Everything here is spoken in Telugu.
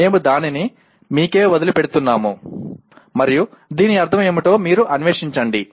మేము దానిని మీకే వదిలిపెడుతున్నాను మరియు దీని అర్థం ఏమిటో మీరు అన్వేషించండి